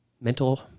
mental